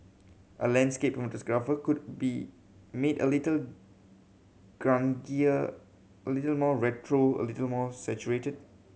a landscape photograph could be made a little grungier a little more retro a little more saturated